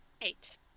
Eight